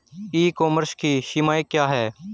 ई commerce की सीमाएं क्या हैं?